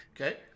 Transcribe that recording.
Okay